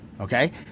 Okay